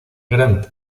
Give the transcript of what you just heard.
grant